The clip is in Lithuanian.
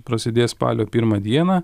prasidės spalio pirmą dieną